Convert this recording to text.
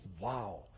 wow